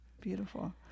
Beautiful